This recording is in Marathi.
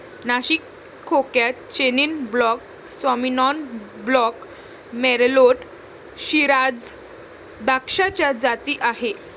नाशिक खोऱ्यात Chenin blanc, Sauvignon blanc, Merlot, Shiraz द्राक्षाच्या जाती आहेत